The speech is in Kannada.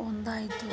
ಹೊಂದಯ್ತೆ